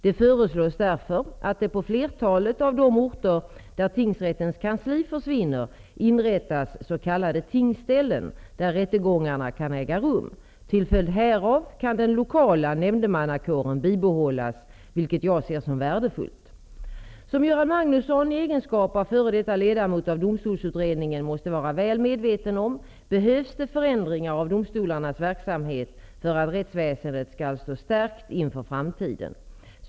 Det föreslås därför att det på flertalet av de orter där tingsrättens kansli försvinner inrättas s.k. tingsställen, där rättegångarna kan äga rum. Till följd härav kan den lokala nämndemannakåren bibehållas, vilket jag ser som värdefullt. Som Göran Magnusson i egenskap av f.d. ledamot av domstolsutredningen måste vara väl medveten om behövs det förändrinar av domstolarnas verksamhet för att rättsväsendet skall stå stärkt inför framtiden.